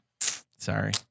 Sorry